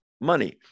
money